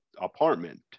apartment